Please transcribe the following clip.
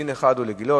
דין אחד לגילה,